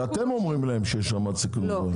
כי אתם אומרים להם שיש רמת סיכון גבוהה.